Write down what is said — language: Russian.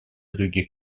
других